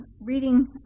reading